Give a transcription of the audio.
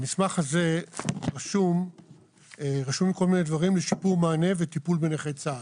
במסמך הזה רשומים כל מיני דברים לשיפור מענה וטיפול בנכי צה"ל.